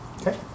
Okay